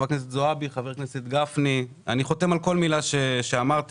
כל מה שאמרה חברת הכנסת זועבי,